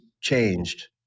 changed